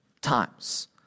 times